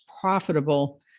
profitable